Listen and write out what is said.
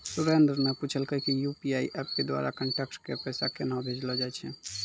सुरेन्द्र न पूछलकै कि यू.पी.आई एप्प के द्वारा कांटैक्ट क पैसा केन्हा भेजलो जाय छै